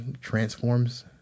transforms